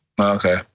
Okay